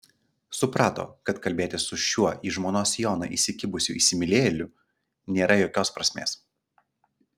suprato kad kalbėtis su šiuo į žmonos sijoną įsikibusiu įsimylėjėliu nėra jokios prasmės